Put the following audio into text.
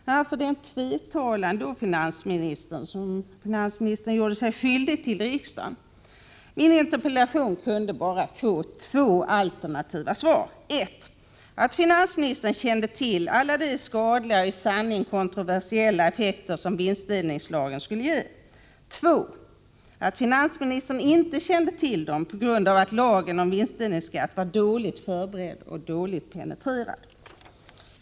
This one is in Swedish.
Varför då den tvetalan som finansministern således gjorde sig skyldig till i riksdagen? Min interpellation kunde bara få ett av två alternativa svar: 1. Finansministern kände till alla de skadliga och i sanning kontroversiella effekter som vinstdelningslagen skulle ge. 2. Finansministern kände inte till dem på grund av att lagen om vinstdelningsskatt var dåligt förberedd och dåligt penetrerad.